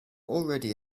already